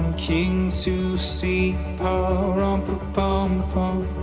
king to see pa rum pum